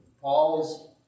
Paul's